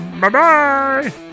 Bye-bye